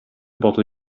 bottle